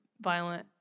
violent